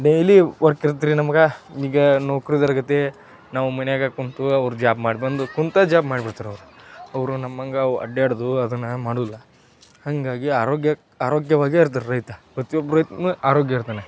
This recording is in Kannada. ಡೈಲಿ ವರ್ಕ್ ಇರತ್ರಿ ನಮ್ಗೆ ಈಗ ನೌಕ್ರಿದವರ ಗತೆ ನಾವು ಮನೆಯಾಗ ಕೂತು ಅವ್ರು ಜಾಬ್ ಮಾಡಿ ಬಂದು ಕುಂತು ಜಾಬ್ ಮಾಡಿ ಬಿಡ್ತಾರೆ ಅವರು ಅವರು ನಮ್ಮಂಗೆ ಅಡ್ಯಾಡದು ಅದನ್ನು ಮಾಡುಲ್ಲ ಹಾಗಾಗಿ ಆರೋಗ್ಯ ಆರೋಗ್ಯವಾಗೇ ಇರ್ತರೆ ರೈತ ಪ್ರತಿ ಒಬ್ಬ ರೈತನೂ ಆರೋಗ್ಯ ಇರ್ತಾನೆ